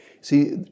See